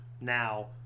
now